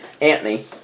Anthony